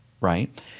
right